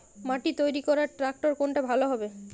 মাটি তৈরি করার ট্রাক্টর কোনটা ভালো হবে?